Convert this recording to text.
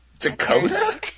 Dakota